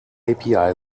api